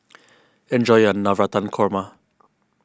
enjoy your Navratan Korma